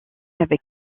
avec